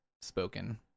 spoken